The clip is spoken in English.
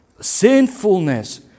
sinfulness